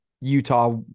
Utah